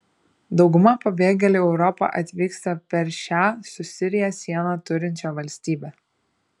dauguma pabėgėlių į europą atvyksta per šią su sirija sieną turinčią valstybę